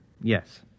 Yes